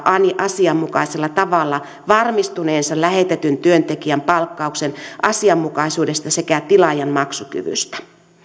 asianmukaisella tavalla varmistuneensa lähetetyn työntekijän palkkauksen asianmukaisuudesta sekä tilaajan maksukyvystä